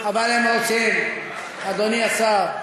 אבל הם רוצים, אדוני השר,